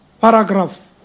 paragraph